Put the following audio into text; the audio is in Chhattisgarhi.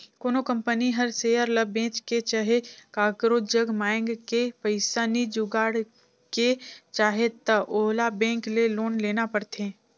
कोनो कंपनी हर सेयर ल बेंच के चहे काकरो जग मांएग के पइसा नी जुगाड़ के चाहे त ओला बेंक ले लोन लेना परथें